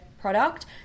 product